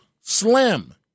slim